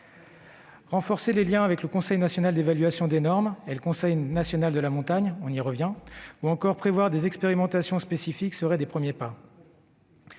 renforcer les liens avec le Conseil national d'évaluation des normes et le Conseil national de la montagne, ou bien encore à prévoir des expérimentations spécifiques. Pour répondre à la